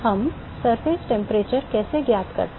हम सतह का तापमान कैसे ज्ञात करते हैं